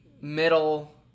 middle